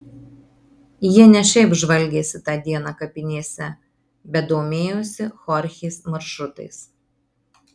jie ne šiaip žvalgėsi tą dieną kapinėse bet domėjosi chorchės maršrutais